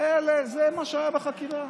זה מה שהיה בחקירה.